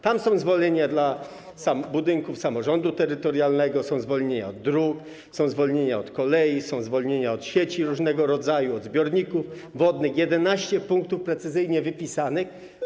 Tam są zwolnienia dla budynków samorządu terytorialnego, są zwolnienia dla dróg, są zwolnienia dla kolei, są zwolnienia dla sieci różnego rodzaju, zbiorników wodnych - 11 punktów precyzyjnie wypisanych.